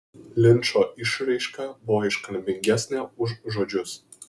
linčo išraiška buvo iškalbingesnė už žodžius